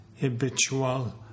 habitual